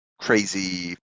crazy